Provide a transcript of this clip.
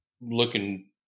looking